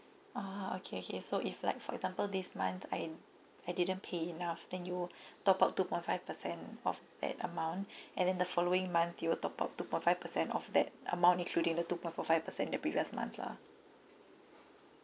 (uh huh) okay okay so if like for example this month I I didn't pay enough then you top up two point five percent of that amount and then the following month you'll top up two point five percent of that amount including the two point four five percent the previous month lah